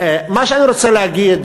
מה שאני רוצה להגיד,